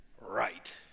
Right